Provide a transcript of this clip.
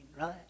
right